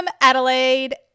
Adelaide